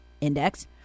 Index